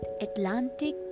Atlantic